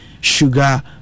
sugar